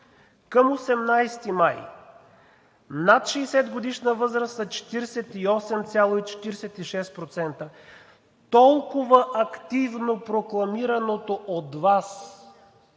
Към 18 май над 60-годишна възраст са 48,46%. Толкова активно прокламираното от Вас